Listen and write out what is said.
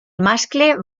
mascle